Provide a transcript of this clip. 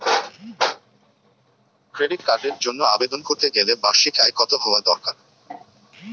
Credit কার্ডের জন্য আবেদন করতে গেলে বার্ষিক আয় কত হওয়া দরকার?